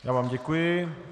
Já vám děkuji.